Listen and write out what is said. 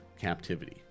captivity